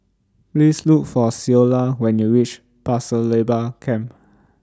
Please Look For Ceola when YOU REACH Pasir Laba Camp